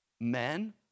men